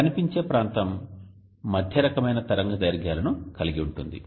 కనిపించే ప్రాంతం మధ్య రకమైన తరంగదైర్ఘ్యాలను కలిగి ఉంటుంది